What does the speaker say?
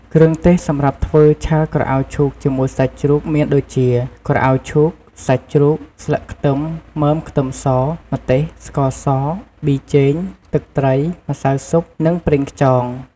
គ្រឿងទេសសម្រាប់ធ្វើឆាក្រអៅឈូកជាមួយសាច់ជ្រូកមានដូចជា ក្រអៅឈូក សាច់ជ្រូក ស្លឹកខ្ទឹម មើមខ្ទឹមស ម្ទេស ស្ករស ប៊ីចេង ទឹកត្រី ម្សៅស៊ុប និងប្រេងខ្យង។